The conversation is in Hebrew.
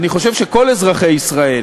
אני חושב שכל אזרחי ישראל